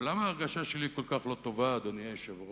ולמה ההרגשה שלי כל כך לא טובה, אדוני היושב-ראש?